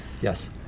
Yes